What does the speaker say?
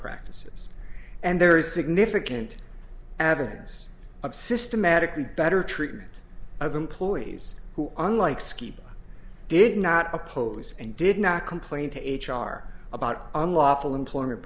practices and there is significant evidence of systematically better treatment of employees who unlike schipa did not oppose and did not complain to h r about unlawful employment